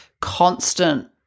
constant